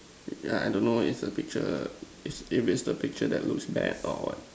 I I don't know it's a picture if it's the picture that looks bad or what